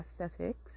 aesthetics